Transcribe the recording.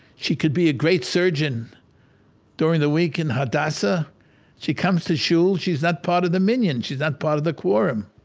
she could be a great surgeon during the week in hadassah, she comes to the shul, she's not part of the minyan, she's not part of the quorum.